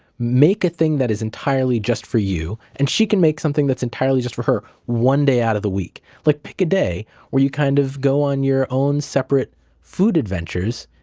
make a thing that is entirely just for you, and she can make something that's entirely just for her one day out of the week. like, pick a day where you kind of go on your own separate food adventures,